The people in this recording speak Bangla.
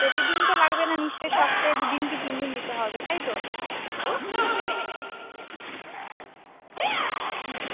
প্রতিদিন তো লাগবে না নিশ্চয়ই সপ্তাহে দুদিন কি তিন দিন দিতে হবে তাই তো হুম